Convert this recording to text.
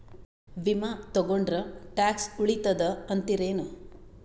ವಿಮಾ ತೊಗೊಂಡ್ರ ಟ್ಯಾಕ್ಸ ಉಳಿತದ ಅಂತಿರೇನು?